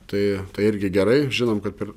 tai tai irgi gerai žinom kad per